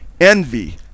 envy